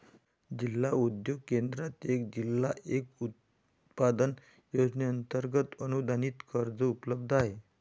जिल्हा उद्योग केंद्रात एक जिल्हा एक उत्पादन योजनेअंतर्गत अनुदानित कर्ज उपलब्ध आहे